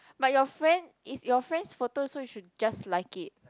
but your friend is your friend's photo so you should just like it